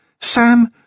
Sam